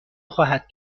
خواهد